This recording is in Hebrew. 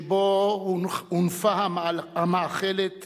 שבו הונפה המאכלת